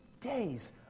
days